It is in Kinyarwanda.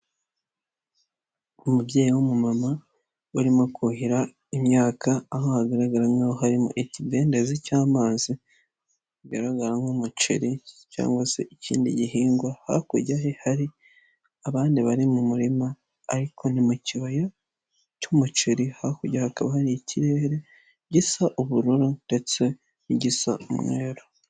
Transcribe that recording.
Umubyeyi w'umumama urimo kuhira imyaka, aho hagaragara nk'aho harimo ikidendezi cy'amazi, bigaragara nk'umuceri cyangwa se ikindi gihingwa, hakurya ye hari abandi bari mu murima ariko ni mu kibaya cy'umuceri, hakurya hakaba hari ikirere gisa ubururu ndetse n'igisa umweru.